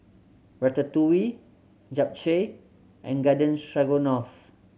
Ratatouille Japchae and Garden Stroganoff